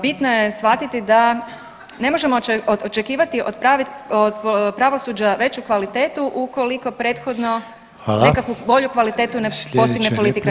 Bitno je shvatiti da ne možemo očekivati od pravosuđa veću kvalitetu ukoliko prethodno neku [[Upadica Reiner: Hvala.]] bolju kvalitetu ne postigne politika sama.